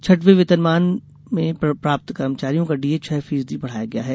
छठवें वेतनमाह प्राप्त कर्मचारियों का डीए छह फीसदी बढ़ाया गया है